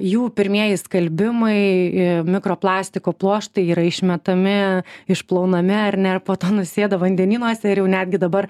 jų pirmieji skalbimai mikroplastiko pluoštai yra išmetami išplaunami ar ne ir po to nusėda vandenynuose ir jau netgi dabar